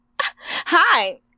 Hi